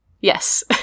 Yes